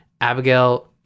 Abigail